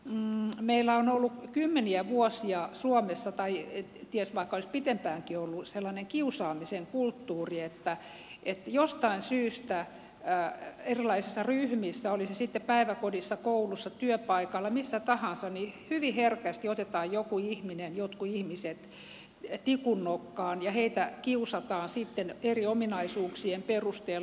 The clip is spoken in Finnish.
mielestäni meillä on ollut suomessa kymmeniä vuosia tai ties vaikka olisi pitempäänkin ollut sellainen kiusaamisen kulttuuri että jostain syystä erilaisissa ryhmissä oli se sitten päiväkodissa koulussa työpaikalla missä tahansa hyvin herkästi otetaan jotkut ihmiset tikunnokkaan ja heitä kiusataan eri ominaisuuksien perusteella